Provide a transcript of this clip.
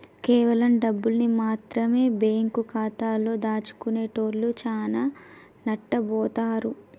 కేవలం డబ్బుల్ని మాత్రమె బ్యేంకు ఖాతాలో దాచుకునేటోల్లు చానా నట్టబోతారు